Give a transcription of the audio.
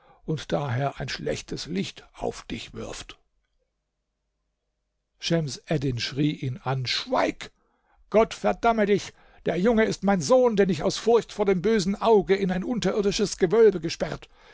und daher ein schlechtes licht auf dich wirft schems eddin schrie ihn an schweig gott verdamme dich der junge ist mein sohn den ich aus furcht vor dem bösen auge in ein unterirdisches gewölbe gesperrt